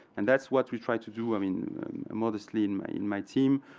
and that's what we try to do. i mean modestly, in my in my team,